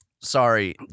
Sorry